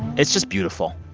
it's just beautiful